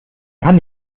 kann